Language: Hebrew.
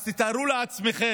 אז תתארו לעצמכם,